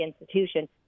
institution